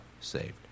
saved